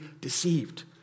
deceived